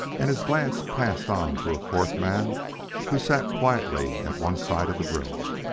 and his glance passed on to a fourth man who sat quietly at one side of the room.